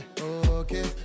okay